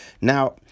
Now